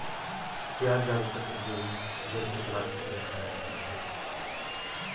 प्याज़ ज्यादातर सब्जियों में या फिर सलाद की तरह खाया जाता है